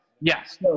Yes